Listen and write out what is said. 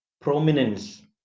prominence